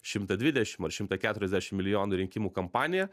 šimtą dvidešim ar šimtą keturiasdešim milijonų į rinkimų kampaniją